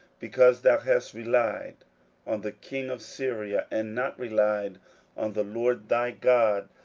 because thou hast relied on the king of syria, and not relied on the lord thy god,